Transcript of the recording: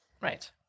Right